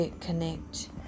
connect